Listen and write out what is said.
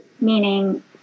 meaning